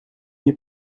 nie